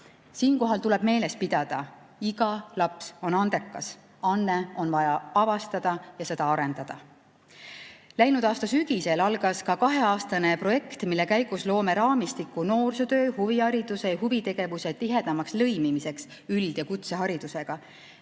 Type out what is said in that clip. Siinkohal tuleb meeles pidada: iga laps on andekas. Anne on vaja avastada ja seda arendada. Läinud aasta sügisel algas kaheaastane projekt, mille käigus loome raamistiku noorsootöö, huvihariduse ja huvitegevuse tihedamaks lõimimiseks üld- ja kutseharidusega.